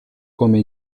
come